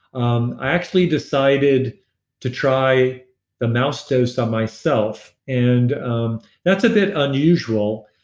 um i actually decided to try the mouse dose on myself and um that's a bit unusual.